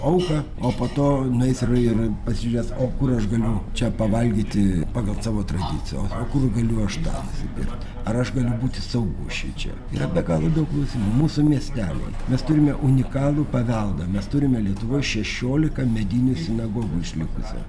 auką o po to nueis ir ir pasižiūrės o kur aš galiu čia pavalgyti pagal savo tradiciją o kur galiu aš tą nusipirkt ar aš galiu būti saugus šičia yra be galo daug klausimų mūsų miesteliai mes turime unikalų paveldą mes turime lietuvoj šešiolika medinių sinagogų išlikusių